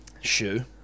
Shoe